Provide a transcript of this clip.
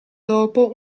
dopo